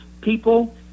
people